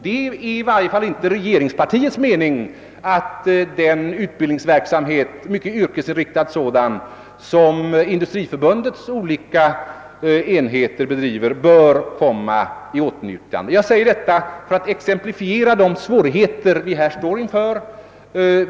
Det är i varje fall inte regeringspartiets mening, att den mycket yrkesinriktade utbildningsverksamhet som Industriförbundets olika enheter bedriver bör komma i åtnjutande av bidrag i detta sammanhang. Jag säger detta för att exemplifiera de svårigheter vi här står inför.